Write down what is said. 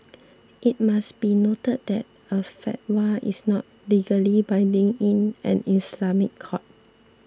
it must be noted that a fatwa is not legally binding in an Islamic court